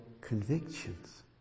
convictions